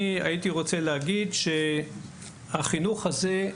החינוך הזה,